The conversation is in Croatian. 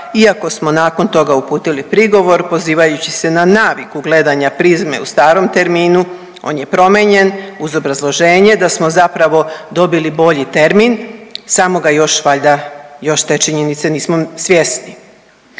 iako smo nakon toga uputili prigovor pozivajući se na naviku gledanja „Prizme“ u starom terminu. On je promijenjen uz obrazloženje da smo zapravo dobili bolji termin, samo ga još valjda, još te činjenice nismo svjesni.